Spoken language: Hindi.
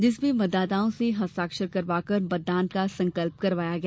जिसमें मतदाताओं से हस्ताक्षर करवाकर मतदान का संकल्प करवाया गया